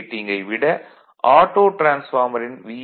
ரேடிங்கை விட ஆட்டோ டிரான்ஸ்பார்மரின் வி